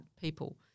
people